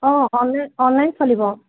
অঁ অনলাইন চলিব